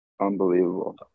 Unbelievable